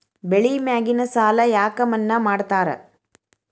ಬೆಳಿ ಮ್ಯಾಗಿನ ಸಾಲ ಯಾಕ ಮನ್ನಾ ಮಾಡ್ತಾರ?